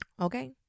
okay